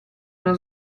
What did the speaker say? uno